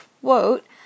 quote